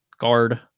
guard